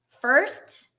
First